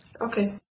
Okay